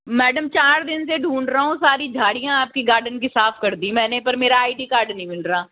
madam चार दिन से ढूंढ रहा हूँ सारी झाड़ियाँ आपके गार्डन की साफ कर दी मैंने पर मेरा आई डी कार्ड नहीं मिल रहा